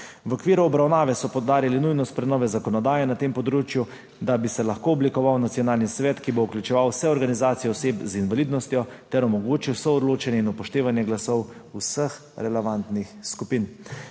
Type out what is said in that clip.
V okviru obravnave so poudarili nujnost prenove zakonodaje na tem področju, da bi se lahko oblikoval nacionalni svet, ki bo vključeval vse organizacije oseb z invalidnostjo ter omogočil soodločanje in upoštevanje glasov vseh relevantnih skupin.